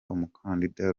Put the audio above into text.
umukandida